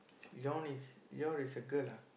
your one is your is a girl ah